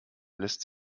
lässt